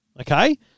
okay